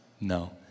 No